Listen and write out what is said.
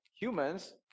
humans